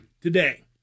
today